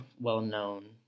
well-known